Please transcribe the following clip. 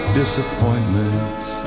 disappointments